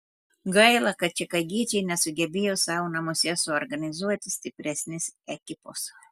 gaila kad čikagiečiai nesugebėjo savo namuose suorganizuoti stipresnės ekipos